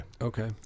okay